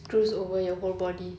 screws over your whole body